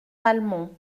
malmont